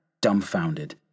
Dumbfounded